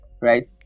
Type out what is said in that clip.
right